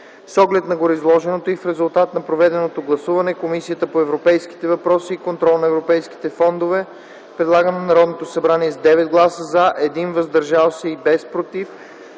С оглед на гореизложеното и в резултат на проведеното гласуване Комисията по европейските въпроси и контрол на европейските фондове предлага на Народното събрание с 9 гласа „за”, 1 глас „въздържал се”, без „против”